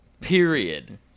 Period